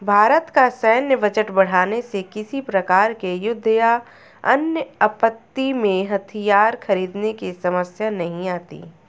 भारत का सैन्य बजट बढ़ाने से किसी प्रकार के युद्ध या अन्य आपत्ति में हथियार खरीदने की समस्या नहीं आती